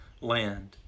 land